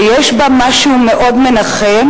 ויש בה משהו מאוד מנחם,